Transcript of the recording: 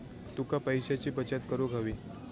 तुका पैशाची बचत करूक हवी